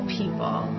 people